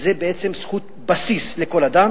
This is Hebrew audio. זאת בעצם זכות בסיס לכל אדם